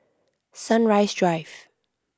Sunrise Drive